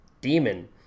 demon